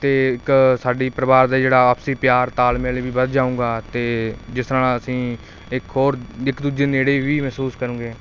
ਅਤੇ ਇੱਕ ਸਾਡੀ ਪਰਿਵਾਰ ਦਾ ਜਿਹੜਾ ਆਪਸੀ ਪਿਆਰ ਤਾਲਮੇਲ ਵੀ ਵੱਧ ਜਾਏਗਾ ਅਤੇ ਜਿਸ ਨਾਲ ਅਸੀਂ ਇੱਕ ਹੋਰ ਇੱਕ ਦੂਜੇ ਨੇੜੇ ਵੀ ਮਹਿਸੂਸ ਕਰਾਂਗੇ